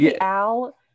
Al